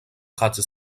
gratte